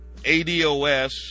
ADOS